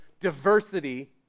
diversity